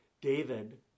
David